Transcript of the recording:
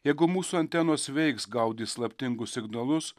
jeigu mūsų antenos veiks gaudys slaptingus signalus